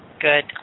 good